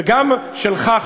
וגם שלך,